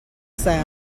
sound